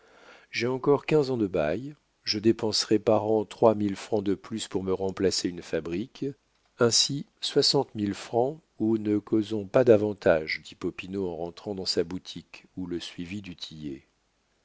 j'ai encore quinze ans de bail je dépenserai par an trois mille francs de plus pour me remplacer une fabrique ainsi soixante mille francs ou ne causons pas davantage dit popinot en rentrant dans la boutique où le suivit